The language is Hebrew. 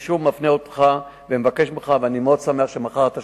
אני מפנה אותך שוב, ואני מאוד שמח שאתה שם,